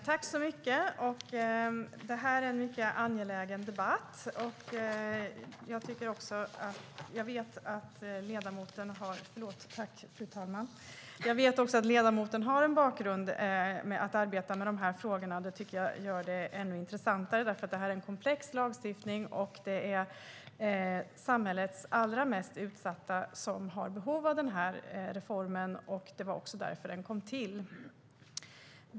Fru talman! Det här är en mycket angelägen debatt. Jag vet att ledamoten har en bakgrund med att arbeta med de här frågorna. Det tycker jag gör det ännu intressantare, för det är en komplex lagstiftning. Det är samhällets allra mest utsatta som har behov av den här reformen. Det var också därför den kom till.